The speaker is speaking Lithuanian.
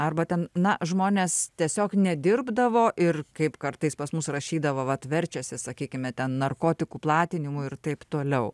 arba ten na žmonės tiesiog nedirbdavo ir kaip kartais pas mus rašydavo vat verčiasi sakykime ten narkotikų platinimu ir taip toliau